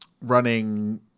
running